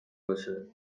باشه